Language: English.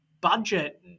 budget